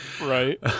Right